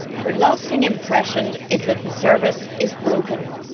her lasting impression is that the service is broken.